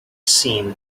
seen